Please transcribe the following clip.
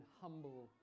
humble